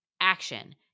Action